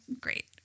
Great